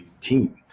team